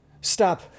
Stop